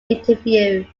interview